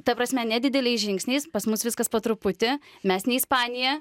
ta prasme nedideliais žingsniais pas mus viskas po truputį mes ne ispanija